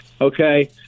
okay